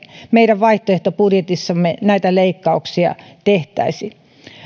meidän vaihtoehtobudjetissamme näitä leikkauksia tehtäisi